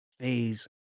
phase